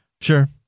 sure